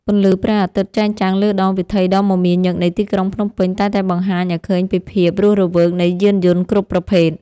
ពន្លឺព្រះអាទិត្យចែងចាំងលើដងវិថីដ៏មមាញឹកនៃទីក្រុងភ្នំពេញតែងតែបង្ហាញឱ្យឃើញពីភាពរស់រវើកនៃយានយន្តគ្រប់ប្រភេទ។